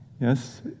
Yes